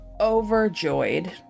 overjoyed